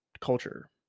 culture